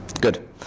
Good